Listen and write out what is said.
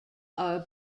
are